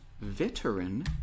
veteran